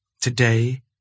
Today